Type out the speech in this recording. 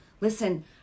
Listen